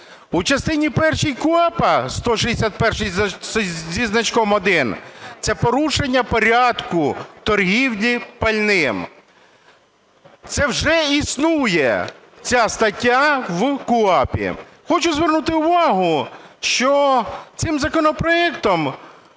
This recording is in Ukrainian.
У частині першій КУпАП 161 зі значком 1 – це порушення порядку торгівлі пальним. Це вже існує, ця стаття, в КУпАП. Хочу звернути увагу, що цим законопроектом